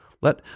Let